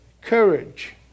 courage